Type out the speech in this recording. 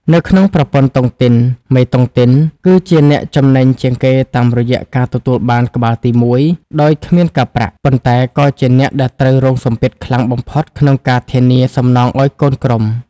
នៅក្នុងប្រព័ន្ធតុងទីន មេតុងទីនគឺជាអ្នកចំណេញជាងគេតាមរយៈការទទួលបាន "ក្បាលទីមួយ" ដោយគ្មានការប្រាក់ ប៉ុន្តែក៏ជាអ្នកដែលត្រូវរងសម្ពាធខ្លាំងបំផុតក្នុងការធានាសំណងឱ្យកូនក្រុម។